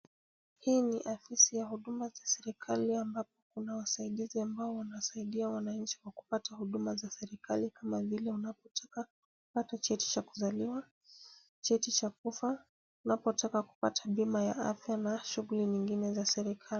Hii ni afisi ya Huduma za serikali ambapo kuna wasaidizi ambao wanasaidia wananchi kwa kupata huduma za serikali kama vile unapotaka cheti cha kuzaliwa, cheti cha kufa, unapotaka kupata bima ya afya na shughuli nyingine za serikali.